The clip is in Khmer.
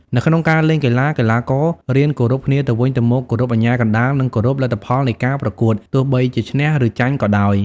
នៅក្នុងការលេងកីឡា កីឡាកររៀនគោរពគ្នាទៅវិញទៅមក គោរពអាជ្ញាកណ្តាល និងគោរពលទ្ធផលនៃការប្រកួត ទោះបីជាឈ្នះ ឬចាញ់ក៏ដោយ។